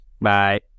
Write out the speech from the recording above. bye